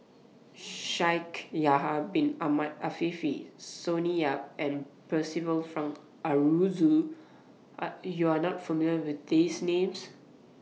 Shaikh Yahya Bin Ahmed Afifi Sonny Yap and Percival Frank Aroozoo Are YOU Are not familiar with These Names